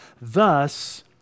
thus